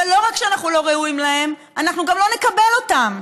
ולא רק שאנחנו לא ראויים להם אנחנו גם לא נקבל אותם.